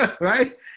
right